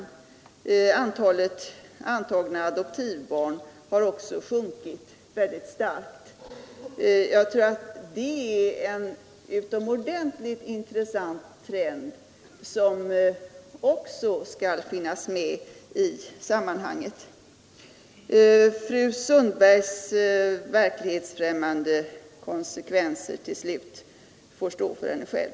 Antalet antagna adoptivbarn har också sjunkit mycket starkt. Det är en utomordentligt intressant trend, som också skall noteras i detta sammanhang. Till slut: fru Sundbergs verklighetsfrämmande resonemang får stå för henne själv.